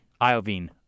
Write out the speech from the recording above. Iovine